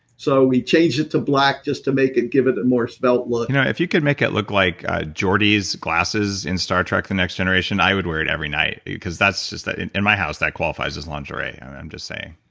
so we changed it to black just to make it. give it a more stealth look if you could make it look like ah geordi's glasses in star trek next generation i would wear it every night, because that's just. in in my house that qualifies as lingerie. i'm just saying